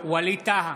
ווליד טאהא,